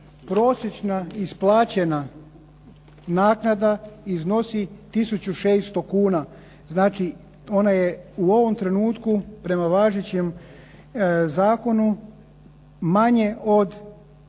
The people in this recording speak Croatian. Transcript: prosječna isplaćena naknada iznosi tisuću 600 kuna. Znači ona je u ovom trenutku prema važećem zakonu manje od